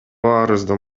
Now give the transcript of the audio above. арыздын